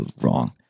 wrong